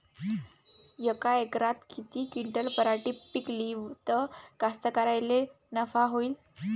यका एकरात किती क्विंटल पराटी पिकली त कास्तकाराइले नफा होईन?